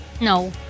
No